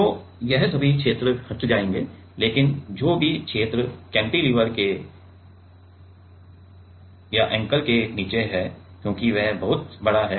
तो ये सभी क्षेत्र हट जाएंगे लेकिन जो भी क्षेत्र एंकर के नीचे है क्योकि वह बहुत बड़ा है